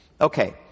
Okay